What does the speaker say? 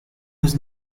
was